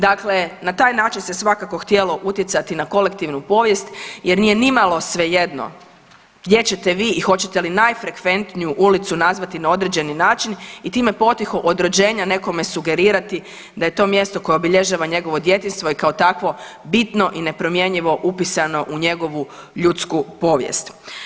Dakle, na taj način svakako htjelo utjecati na kolektivnu povijest jer nije nimalo svejedno gdje ćete vi i hoćete li najfrekventniju ulicu nazvati na određeni način i time potiho od rođenja nekome sugerirati da je to mjesto koje obilježava njegovo djetinjstvo i kao takvo bitno i nepromjenjivo upisano u njegovu ljudsku povijest.